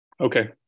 Okay